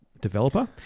developer